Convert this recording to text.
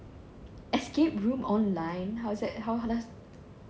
escape room online how is that how does